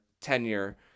tenure